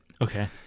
Okay